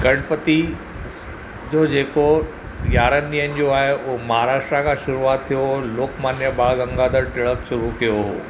गणपति जो जेको यारहनि ॾींहनि जो आहे उहा महाराष्ट्रा खां शुरूआति थियो हुओ लोकमान्य बाल गंगाधर तिलक शुरू कियो हुओ